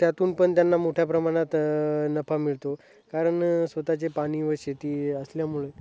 त्यातून पण त्यांना मोठ्या प्रमाणात नफा मिळतो कारण स्वतःचे पाणी व शेती असल्यामुळे